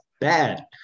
bad